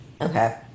Okay